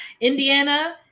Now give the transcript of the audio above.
Indiana